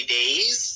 days